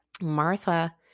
Martha